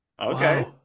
Okay